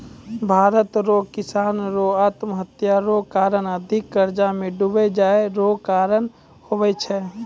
भारत रो किसानो रो आत्महत्या रो कारण अधिक कर्जा मे डुबी जाय रो कारण हुवै छै